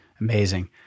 Amazing